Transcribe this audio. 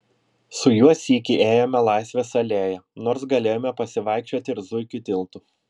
su juo sykį ėjome laisvės alėja nors galėjome pasivaikščioti ir zuikių tiltu